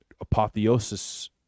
apotheosis